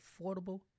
affordable